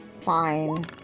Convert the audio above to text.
Fine